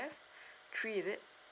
three is it